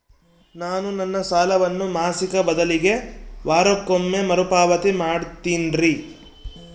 ನಾನು ನನ್ನ ಸಾಲವನ್ನು ಮಾಸಿಕ ಬದಲಿಗೆ ವಾರಕ್ಕೊಮ್ಮೆ ಮರುಪಾವತಿ ಮಾಡ್ತಿನ್ರಿ